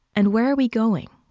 and where are we going?